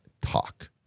talk